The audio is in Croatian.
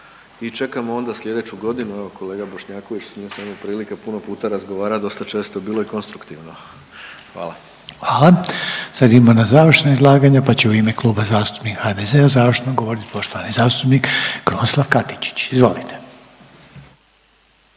i čekamo onda sljedeću godinu. Evo kolega Bošnjaković s njime sam imao prilike puno puta razgovarati, dosta često je bilo i konstruktivno. Hvala. **Reiner, Željko (HDZ)** Hvala. Sada idemo na završno izlaganje, pa se u ime Kluba zastupnika HDZ-a završno govoriti poštovani zastupnik Krunoslav Katičić. Izvolite.